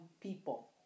people